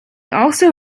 also